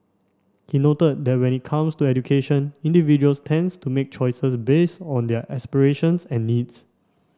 he noted that when it comes to education individuals tends to make choices based on their aspirations and needs